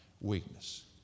weakness